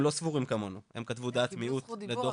הם לא קיבלו פה זכות דיבור,